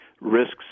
risks